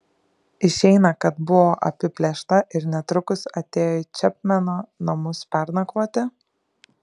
išeina kad buvo apiplėšta ir netrukus atėjo į čepmeno namus pernakvoti